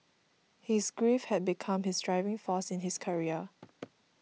his grief had become his driving force in his career